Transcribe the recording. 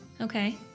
Okay